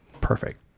Perfect